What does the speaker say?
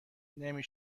نمی